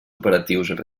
operatius